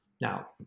Now